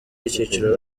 y’ikiciro